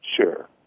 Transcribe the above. Sure